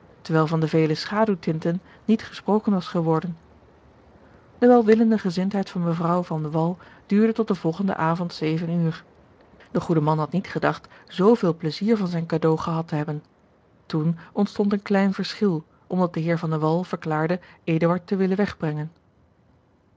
terwijl van de vele schaduwtinten niet gesproken was geworden de welwillende gezindheid van mevrouw van de wall duurde tot george een ongeluksvogel den volgenden avond zeven uur de goede man had niet gedacht zooveel pleizier van zijn cadeau gehad te hebben toen ontstond een klein verschil omdat de heer van de wall verklaarde eduard te willen wegbrengen